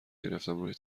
گرفتم، روی